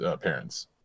parents